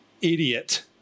idiot